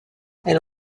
elle